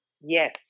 yes